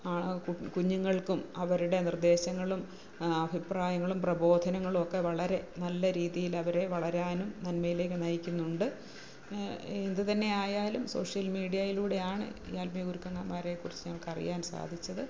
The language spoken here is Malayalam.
കുഞ്ഞുങ്ങൾക്കും അവരുടെ നിർദ്ദേശങ്ങളും അഭിപ്രായങ്ങളും പ്രപോധനങ്ങളും ഒക്കെ വളരെ നല്ല രീതിയിലവരെ വളരാനും നന്മയിലേക്ക് നയിക്കുന്നുണ്ട് ഇത്തന്നെ ആയാലും സോഷ്യൽ മീഡിയായിലൂടെയാണ് ഈ ആത്മീയ ഗുരുക്കന്മാരെ കുറിച്ച് ഞങ്ങൾക്ക് അറിയാൻ സാധിച്ചത്